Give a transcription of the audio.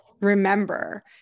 remember